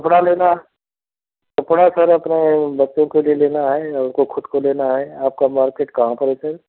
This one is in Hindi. कपड़ा लेना कपड़ा सर अपने बच्चों के लिए लेना है अपने खुद को लेना है आपका मार्केट कहाँ पर है सर